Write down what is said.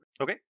Okay